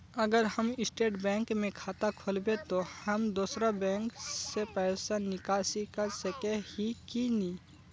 अगर हम State Bank में खाता खोलबे तो हम दोसर बैंक से पैसा निकासी कर सके ही की नहीं?